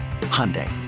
Hyundai